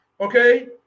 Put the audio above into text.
okay